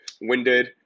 winded